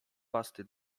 pasty